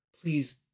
please